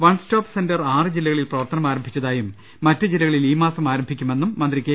one stop centre ആറ് ജില്ലകളിൽ പ്രവർത്തനം ആരംഭിച്ച തായും മറ്റു ജില്ലകളിൽ ഈ മാസം ആരംഭിക്കുമെന്നും മന്ത്രി കെ